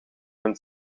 hun